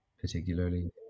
particularly